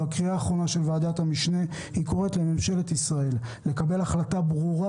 ועדת המשנה קוראת לממשלת ישראל לקבל החלטה ברורה